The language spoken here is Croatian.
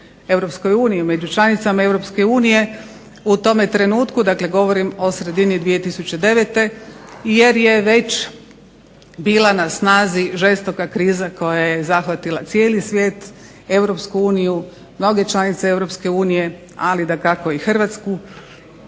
Europskoj uniji, među članicama Europske unije u tome trenutku, dakle govorim o sredini 2009. jer je već bila na snazi žestoka kriza koja je zahvatila cijeli svijet, Europsku uniju, mnoge članice Europske unije ali i Hrvatsku.